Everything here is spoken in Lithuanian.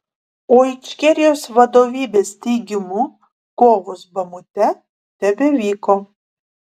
o ičkerijos vadovybės teigimu kovos bamute tebevyko